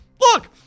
Look